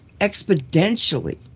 exponentially